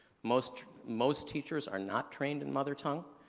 most most teachers are not trained in mother tongue.